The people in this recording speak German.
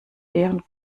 deren